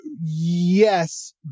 Yes